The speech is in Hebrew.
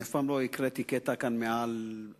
אני אף פעם לא הקראתי קטע כאן מעל הבמה,